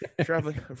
traveling